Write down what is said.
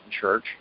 church